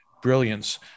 Brilliance